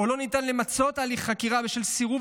או כשלא ניתן למצות הליך חקירה בשל סירוב